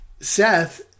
Seth